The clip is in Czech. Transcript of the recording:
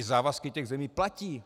Závazky těch zemí platí.